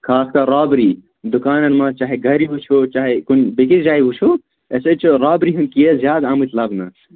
خاص کَر رابری دُکانَن منٛز چاہے گَرِ وُچھو چاہے کُنہِ بیٚیِس جایہِ وُچھو اَسہِ حظ چھِ رابری ہُنٛد کیس زیادٕ آمٕتۍ لَبنہٕ